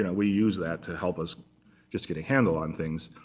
you know we use that to help us just get a handle on things.